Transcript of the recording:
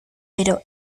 pero